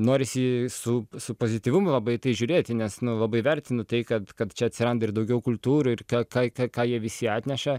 norisi su su pozityvumu labai į tai žiūrėti nes nu labai vertinu tai kad kad čia atsiranda ir daugiau kultūrų ir ką ką ką jie visi atneša